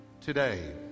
today